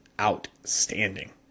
outstanding